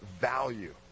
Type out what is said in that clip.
value